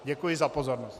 Děkuji za pozornost.